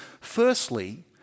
firstly